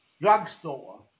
drugstore